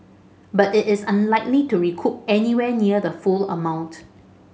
but it is unlikely to recoup anywhere near the full amount